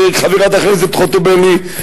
חברת הכנסת חוטובלי,